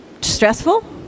stressful